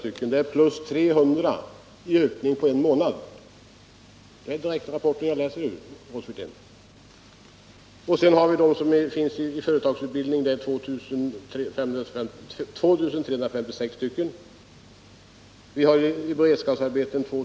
Det innebär en ökning med 300 på en månad — jag läser direkt ur rapporten, Rolf Wirtén. Sedan har vi 2 356 personer i företagsutbildning och 2 234 i beredskapsarbete.